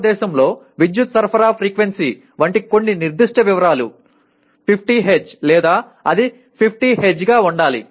భారతదేశంలో విద్యుత్ సరఫరా ఫ్రీక్వెన్సీ వంటి కొన్ని నిర్దిష్ట వివరాలు 50 Hz లేదా అది 50 Hz గా ఉండాలి